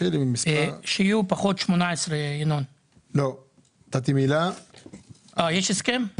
שתשולם המקדמה גם למי שהתקיים בו האמור בפסקה 1(א).